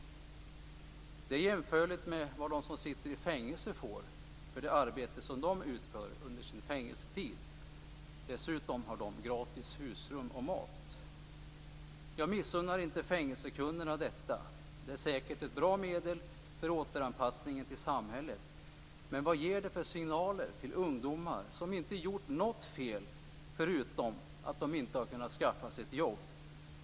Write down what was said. Detta är jämförligt med det som de som sitter i fängelse får för det arbete som de utför under sin fängelsetid. Dessutom har fängelsekunderna gratis husrum och mat. Jag missunnar dem inte detta - det är säkert ett bra medel för återanpassningen till samhället - men vad ger det för signaler till ungdomar som inte gjort något fel förutom att de inte har kunnat skaffa sig ett jobb?